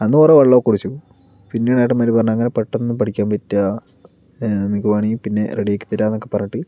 അന്ന് കുറെ വെള്ളമൊക്കെ കുടിച്ചു പിന്നീടാണ് ഏട്ടന്മാര് പറഞ്ഞത് അങ്ങനെ പെട്ടെന്നൊന്നും പഠിക്കാൻ പറ്റില്ല നിനക്ക് വേണമെങ്കിൽ പിന്നെ റെഡിയാക്കി തരാം എന്നൊക്കെ പറഞ്ഞിട്ട്